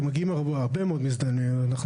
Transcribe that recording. מגיעים הרבה מאוד מזדמנים.